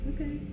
Okay